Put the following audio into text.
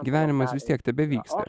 gyvenimas vis tiek tebevyksta